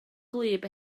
gwlyb